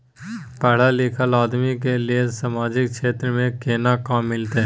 पढल लीखल आदमी के लेल सामाजिक क्षेत्र में केना काम मिलते?